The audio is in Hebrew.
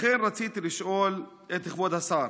לכן, רציתי לשאול את כבוד השר: